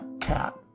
Cat